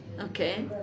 okay